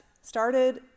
started